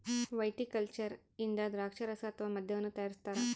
viticulture ಇಂದ ದ್ರಾಕ್ಷಾರಸ ಅಥವಾ ಮದ್ಯವನ್ನು ತಯಾರಿಸ್ತಾರ